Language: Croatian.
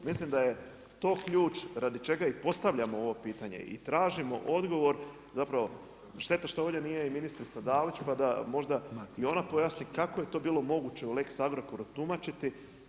Mislim da je to ključ radi čega i postavljamo ovo pitanje i tražimo odgovor, zapravo šteta što ovdje nije i ministrica Dalić pa da možda i ona pojasni kako je to bilo moguće u Lex Agrokoru protumačiti.